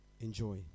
Enjoy